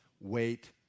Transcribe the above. Wait